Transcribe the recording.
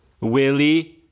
Willie